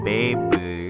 Baby